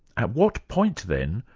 at what point then,